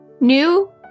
New